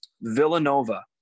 villanova